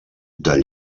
del